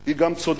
שהיא גם צודקת,